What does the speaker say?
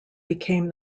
became